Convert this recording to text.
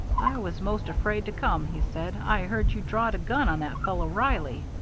i was most afraid to come, he said. i heard you drawed a gun on that fellow, reilly.